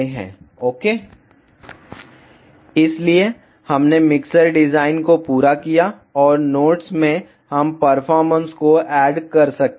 vlcsnap 2018 09 20 15h11m59s283 इसलिए हमने mixer design को पूरा किया और नोट्स में हम परफॉर्मेंस को ऐड कर सकते हैं